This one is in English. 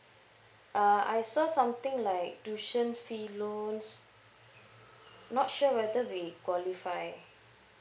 uh I saw something like tuition fee loans not sure whether we qualify